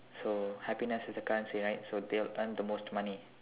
so happiness is a currency right so they'll earn the most money